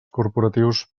corporatius